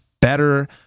better